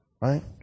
Right